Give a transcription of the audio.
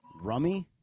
rummy